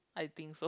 I think so